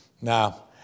Now